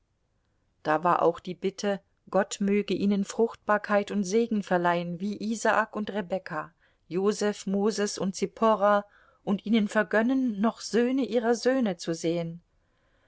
da war auch die bitte gott möge ihnen fruchtbarkeit und segen verleihen wie isaak und rebekka joseph moses und zipporah und ihnen vergönnen noch söhne ihrer söhne zu sehen